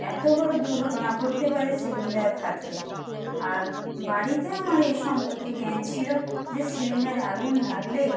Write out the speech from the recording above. এতো বড়ো দুর্ঘটনা ঘটতে পারে সিলিন্ডার ফাটলে আর বাড়িতে আমার এই সম্পর্কে জ্ঞান ছিলো যে সিলিন্ডারে আগুন লাগলেই